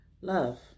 Love